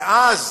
ואז